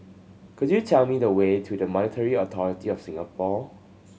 could you tell me the way to the Monetary Authority Of Singapore